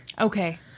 Okay